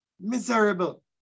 miserable